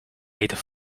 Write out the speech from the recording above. eten